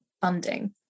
funding